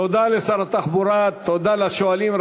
תודה לשר התחבורה, תודה לשואלים.